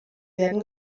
werden